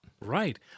Right